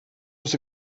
was